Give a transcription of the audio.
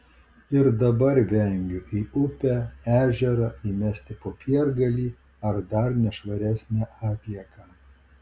ir dabar vengiu į upę ežerą įmesti popiergalį ar dar nešvaresnę atlieką